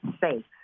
safe